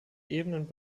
ebenen